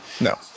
No